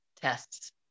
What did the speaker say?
tests